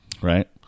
Right